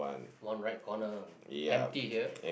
one right corner empty here